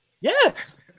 Yes